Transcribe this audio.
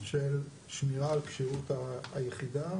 של שמירה על כשירות היחידה.